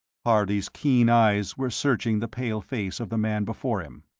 harley's keen eyes were searching the pale face of the man before him.